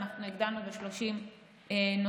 ואנחנו הגדלנו ב-30 נוספים,